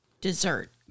dessert